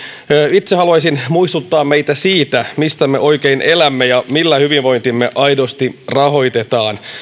itse haluaisin muistuttaa meitä siitä mistä me oikein elämme ja millä hyvinvointimme aidosti rahoitetaan